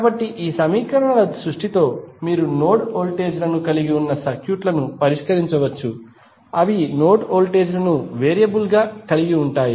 కాబట్టి ఈ సమీకరణాల సృష్టితో మీరు నోడ్ వోల్టేజ్ లను కలిగి ఉన్న సర్క్యూట్ లను పరిష్కరించవచ్చు అవి నోడ్ వోల్టేజ్ లను వేరియబుల్ గా కలిగి ఉంటాయి